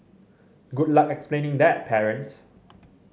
good luck explaining that parents